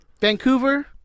Vancouver